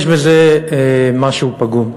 יש בזה משהו פגום.